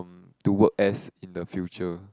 to work as in the future